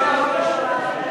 אנחנו נצביע ראשית,